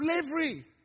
slavery